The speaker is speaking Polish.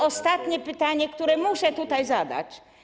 Ostatnie pytanie, które muszę tutaj zadać.